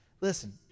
Listen